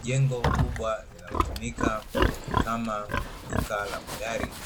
Jengo kubwa linalotumika kama duka la magari,